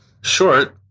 Short